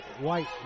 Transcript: White